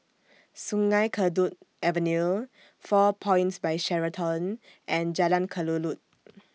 Sungei Kadut Avenue four Points By Sheraton and Jalan Kelulut